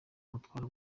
mutwara